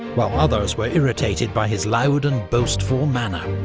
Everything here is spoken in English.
while others were irritated by his loud and boastful manner.